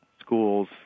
schools